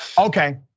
Okay